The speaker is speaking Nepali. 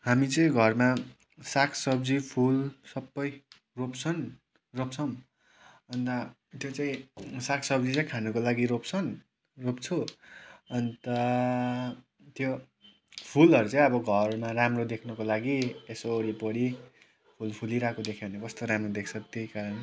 हामी चाहिँ घरमा साग सब्जी फुल सबै रोप्छन् रोप्छौँ अन्त त्यो चाहिँ साग सब्जी चाहिँ खानुको लागि रोप्छन् रोप्छु अन्त त्यो फुलहरू चाहिँ अब घरमा राम्रो देख्नुको लागि यसो वरिपरि फुल फुलिरहेको देख्यो भने कस्तो राम्रो देख्छ त्यही कारण